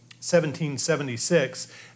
1776